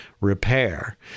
repair